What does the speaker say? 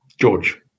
George